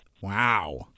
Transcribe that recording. Wow